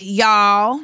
y'all